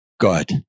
God